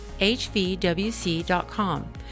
hvwc.com